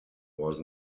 was